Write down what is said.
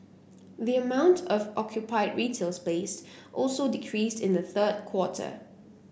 the amount of occupied retail space also decreased in the third quarter